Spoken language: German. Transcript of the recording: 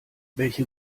welche